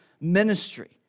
ministry